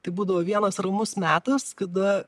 tai būdavo vienas ramus metas kada